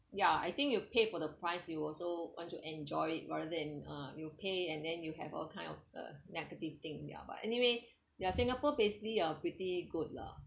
ya I think you pay for the price you also want to enjoy it rather than uh you pay and then you have all kind of a negative thing ya but anyway ya singapore basically are pretty good lah